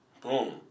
Boom